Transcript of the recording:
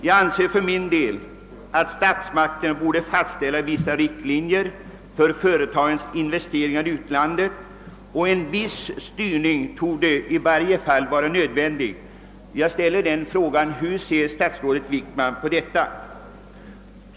Jag anser för min del att statsmakterna borde fastställa vissa riktlinjer för företagens investeringar i utlandet och att en viss styrning i varje fall torde vara nödvändig. Jag vill ställa följande fråga: Hur ser statsrådet Wickman på detta?